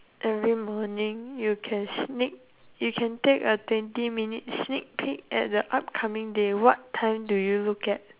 every morning you can sneak you can take a twenty minute sneak peek at the upcoming day what time do you look at